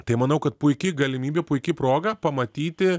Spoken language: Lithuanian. tai manau kad puiki galimybė puiki proga pamatyti